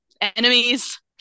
enemies